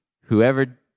whoever